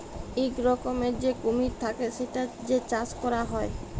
ইক রকমের যে কুমির থাক্যে সেটার যে চাষ ক্যরা হ্যয়